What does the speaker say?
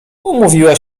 umówiła